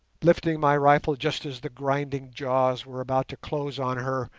lifting my rifle just as the grinding jaws were about to close on her,